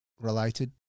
related